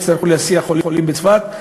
יצטרכו להסיע חולים לצפת.